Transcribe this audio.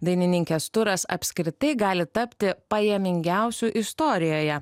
dainininkės turas apskritai gali tapti pajamingiausiu istorijoje